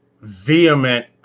vehement